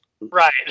Right